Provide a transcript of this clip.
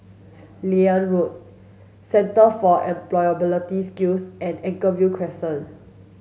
Liane Road Centre for Employability Skills and Anchorvale Crescent